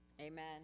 Amen